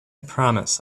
promise